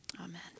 Amen